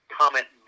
comment